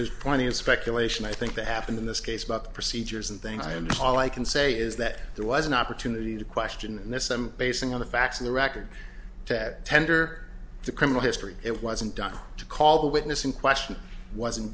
there's plenty of speculation i think that happened in this case but the procedures and things i am all i can say is that there was an opportunity to question and this i'm basing on the facts of the record that tender the criminal history it wasn't done to call the witness in question wasn't